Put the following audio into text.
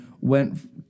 went